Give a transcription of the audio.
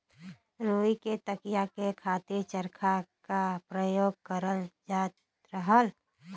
रुई क कताई के खातिर चरखा क परयोग करल जात रहल